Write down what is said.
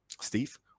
Steve